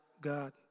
God